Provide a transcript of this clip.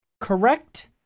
Correct